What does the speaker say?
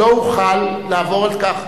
לא אוכל לעבור על כך.